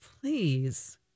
Please